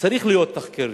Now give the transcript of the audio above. צריכים להיות תחקירים